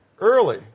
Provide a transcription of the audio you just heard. early